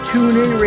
TuneIn